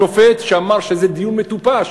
השופט שאמר שזה דיון מטופש,